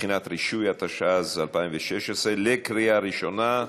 מבחינת רישוי), התשע"ז 2016, קריאה ראשונה.